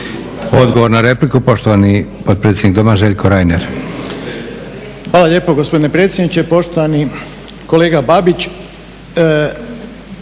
Odgovor na repliku, poštovani potpredsjednik Doma Željko Reiner. **Reiner, Željko (HDZ)** Hvala lijepo gospodine predsjedniče. Poštovani kolega Babić,